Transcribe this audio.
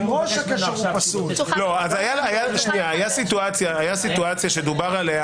הייתה סיטואציה שדובר עליה